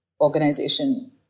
organization